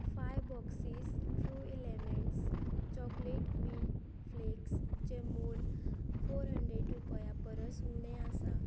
five boxes true elements chocolate wheat फ्लेक्सचे मोल four hundred रुपया परस उणें आसा